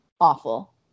awful